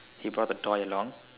he brought the toy along